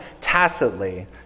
tacitly